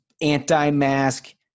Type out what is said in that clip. anti-mask